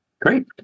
Great